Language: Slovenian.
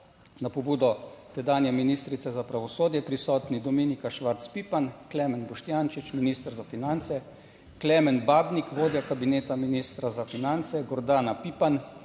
na pobudo tedanje ministrice za pravosodje prisotni Dominika Švarc Pipan, Klemen Boštjančič, minister za finance, Klemen Babnik, vodja kabineta ministra za finance, Gordana Pipan